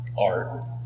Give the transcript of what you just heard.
art